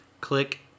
Click